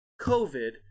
COVID